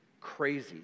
crazy